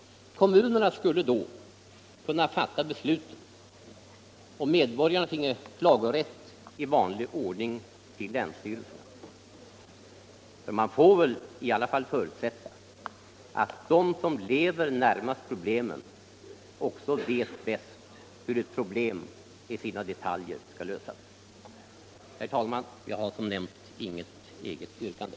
Kommunerna skulle då kunna fatta besluten, och medborgarna finge klagorätt i vanlig ordning till länsstyrelserna. Man får nämligen förutsätta att de som lever närmast problemen också vet bäst hur ett problem i sina detaljer skall lösas. Herr talman! Jag har som nämnts inget yrkande.